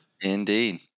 indeed